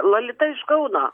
lolita iš kauno